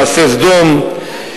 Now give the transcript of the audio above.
מעשה סדום,